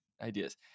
ideas